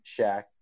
Shaq